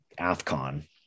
AFCON